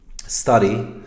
study